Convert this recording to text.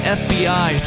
fbi